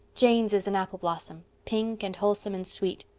jane's is an apple blossom, pink and wholesome and sweet.